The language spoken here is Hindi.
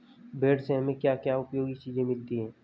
भेड़ से हमें क्या क्या उपयोगी चीजें मिलती हैं?